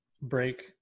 Break